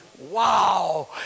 Wow